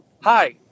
Hi